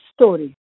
story